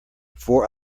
four